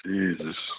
Jesus